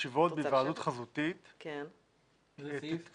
בהיוועדות חזותית --- איזה סעיף?